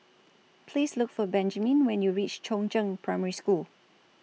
Please Look For Benjiman when YOU REACH Chongzheng Primary School